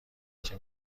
بچه